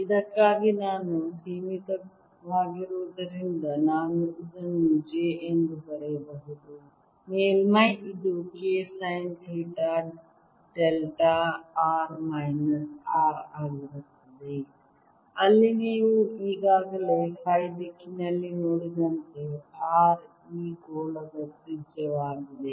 ಇದಕ್ಕಾಗಿ ನಾನು ಸೀಮಿತವಾಗಿರುವುದರಿಂದ ನಾನು ಇದನ್ನು j ಎಂದು ಬರೆಯಬಹುದು ಮೇಲ್ಮೈ ಇದು K sine theta delta r minus r ಆಗಿರುತ್ತದೆ ಅಲ್ಲಿ ನೀವು ಈಗಾಗಲೇ ಫೈ ದಿಕ್ಕಿನಲ್ಲಿ ನೋಡಿದಂತೆ R ಈ ಗೋಳದ ತ್ರಿಜ್ಯವಾಗಿದೆ